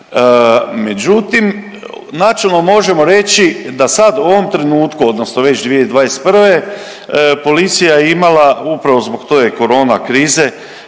Međutim, načelno možemo reći da sad u ovom trenutku odnosno već 2021. policija je imala upravo zbog te korona krize